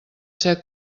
ser